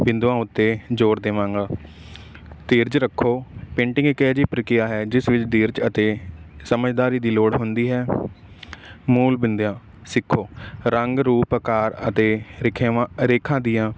ਬਿੰਦੂਆਂ ਉੱਤੇ ਜ਼ੋਰ ਦੇਵਾਂਗਾ ਧੀਰਜ ਰੱਖੋ ਪੇਂਟਿੰਗ ਇੱਕ ਅਜਿਹੀ ਪ੍ਰਕਿਆ ਹੈ ਜਿਸ ਵਿੱਚ ਧੀਰਜ ਅਤੇ ਸਮਝਦਾਰੀ ਦੀ ਲੋੜ ਹੁੰਦੀ ਹੈ ਮੂਲ ਬਿੰਦੀਆਂ ਸਿੱਖੋ ਰੰਗ ਰੂਪ ਆਕਾਰ ਅਤੇ ਰਿਖਿਆਵਾਂ ਰੇਖਾ ਦੀਆਂ